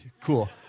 Cool